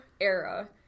era